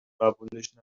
قبولش